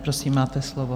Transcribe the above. Prosím, máte slovo.